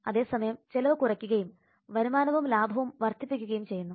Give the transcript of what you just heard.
അതേസമയം ചെലവ് കുറയ്ക്കുകയും വരുമാനവും ലാഭവും വർധിപ്പിക്കുകയും ചെയ്യുന്നു